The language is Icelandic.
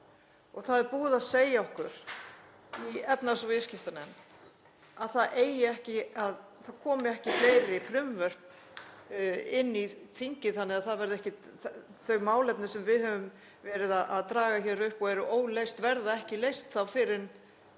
Það er búið að segja okkur í efnahags- og viðskiptanefnd að það komi ekki fleiri frumvörp inn í þingið þannig að þau málefni sem við höfum verið að draga hér upp og eru óleyst verða ekki leyst fyrr en